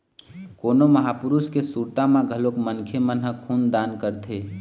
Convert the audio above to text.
कोनो महापुरुष के सुरता म घलोक मनखे मन ह खून दान करथे